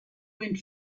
went